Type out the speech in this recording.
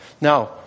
Now